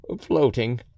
floating—